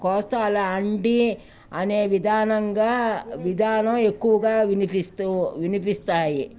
కోస్తాలో అండి అనే విధానంగా విధానం ఎక్కువగా వినిపిస్తూ వినిపిస్తాయి